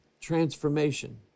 transformation